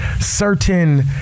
certain